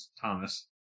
Thomas